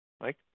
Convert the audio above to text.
Mike